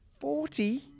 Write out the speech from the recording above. Forty